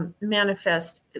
manifest